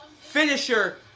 finisher